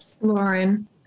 Lauren